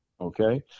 Okay